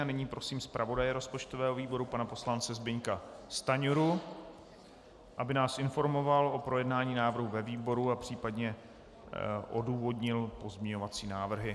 Nyní prosím zpravodaje rozpočtového výboru pana poslance Zbyňka Stanjuru, aby nás informoval o projednání návrhu ve výboru a případně odůvodnil pozměňovací návrhy.